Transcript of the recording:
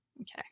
Okay